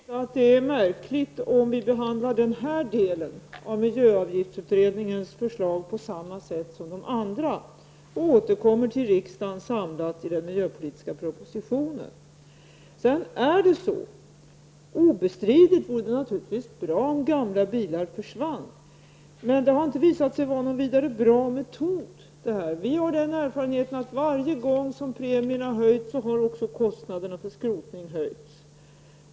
Herr talman! Jag tycker inte att det är märkligt om vi behandlar den här delen av miljöavgiftsutredningen på samma sätt som de andra och återkommer samlat i den miljöpolitiska propositionen. Sedan är det obestridligen så, att det naturligtvis vore bra om gamla bilar försvann från trafiken. Men det här har inte visat sig vara en särskilt bra metod. Vår erfarenhet är den att kostnaderna för skrotning har ökat varje gång premien har höjts.